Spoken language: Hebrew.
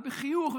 בחיוך,